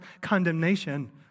condemnation